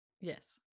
Yes